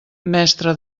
mestre